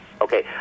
Okay